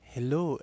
Hello